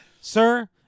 Sir